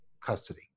custody